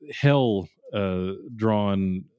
hell-drawn